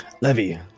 Levy